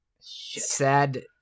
sad